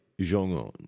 Jong-un